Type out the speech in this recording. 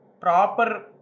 proper